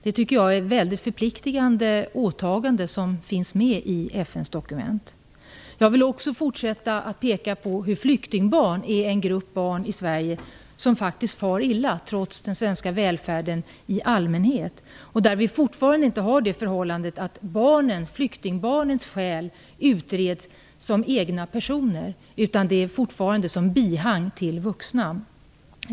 Jag tycker att det är ett mycket förpliktigande åtagande i FN:s dokument. Jag vill också peka på att flyktingbarn i Sverige är en grupp som faktiskt far illa, trots den svenska välfärden i allmänhet. Vi har ännu inte den ordningen att flyktingbarnens skäl utreds som om dessa barn är egna personer, utan de ses fortfarande som bihang till vuxna.